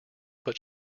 but